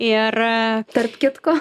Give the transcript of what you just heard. ir tarp kitko